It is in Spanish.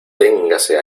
ténganse